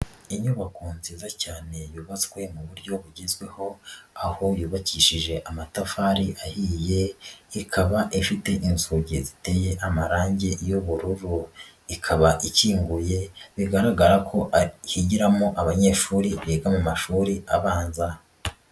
Inyubako nziza cyane yubatswe mu buryo bugezweho, aho yubakishije amatafari ahiye, ikaba ifite inzugi ziteye amarangi y'ubururu, ikaba ikinguye bigaragara ko higiramo abanyeshuri biga mu mashuri abanza.